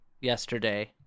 yesterday